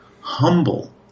humble